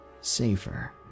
safer